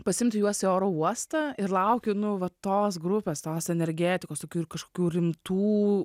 pasiimti juos į oro uostą ir laukiu nu va tos grupės tos energetikos tokių ir kažkokių rimtų